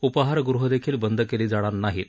उपहारगृह देखील बंद केली जाणार नाहीत